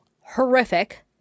horrific